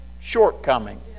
shortcoming